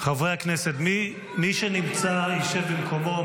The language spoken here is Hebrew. חברי הכנסת, מי שנמצא, ישב במקומו.